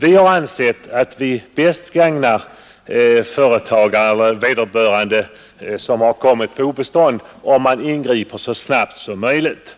Vi har ansett att man bäst gagnar de företagare eller andra som kommit på obestånd med att ingripa så snabbt som möjligt